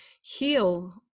heal